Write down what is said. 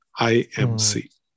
imc